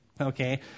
okay